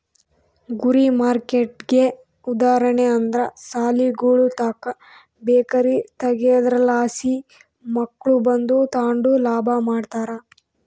ಗುರಿ ಮಾರ್ಕೆಟ್ಗೆ ಉದಾಹರಣೆ ಅಂದ್ರ ಸಾಲಿಗುಳುತಾಕ ಬೇಕರಿ ತಗೇದ್ರಲಾಸಿ ಮಕ್ಳು ಬಂದು ತಾಂಡು ಲಾಭ ಮಾಡ್ತಾರ